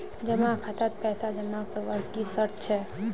जमा खातात पैसा जमा करवार की शर्त छे?